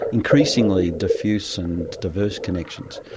increasingly diffuse and diverse connections.